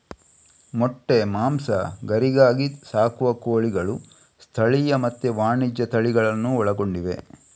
ಮೊಟ್ಟೆ, ಮಾಂಸ, ಗರಿಗಾಗಿ ಸಾಕುವ ಕೋಳಿಗಳು ಸ್ಥಳೀಯ ಮತ್ತೆ ವಾಣಿಜ್ಯ ತಳಿಗಳನ್ನೂ ಒಳಗೊಂಡಿವೆ